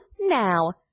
now